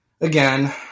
again